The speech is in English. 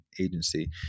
agency